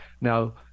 Now